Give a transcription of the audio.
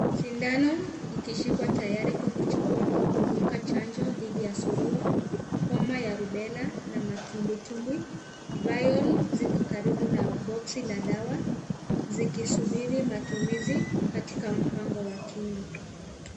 Sindano ikishikwa tayari kwa kuchukua au kudunga chanjo dhidi ya suruwa, homa ya rubella na matumbwitumbwi. Vayo ziko karibu na boksi ya dawa zikisubiri matumizi katika mpango wa kinga.